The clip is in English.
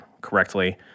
correctly